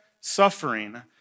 suffering